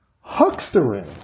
Huckstering